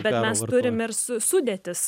bet mes turim ir su sudėtis